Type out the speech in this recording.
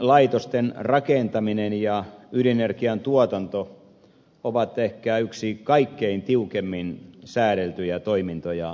ydinlaitosten rakentaminen ja ydinenergian tuotanto ovat ehkä yksi kaikkein tiukimmin säädeltyjä toimintoja suomessa